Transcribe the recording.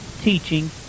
teaching